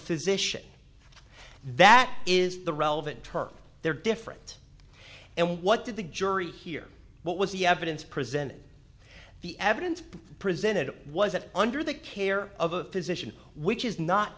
physician that is the relevant term they're different and what did the jury hear what was the evidence presented the evidence presented was that under the care of a physician which is not